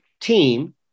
team